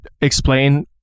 explain